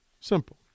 Simple